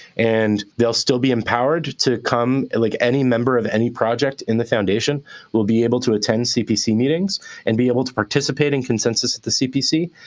and they'll still be empowered to come like, any member of any project in the foundation will be able to attend cpc cpc meetings and be able to participate in consensus at the cpc.